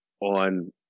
On